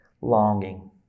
longing